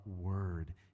Word